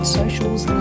socials